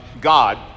god